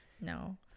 No